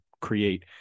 create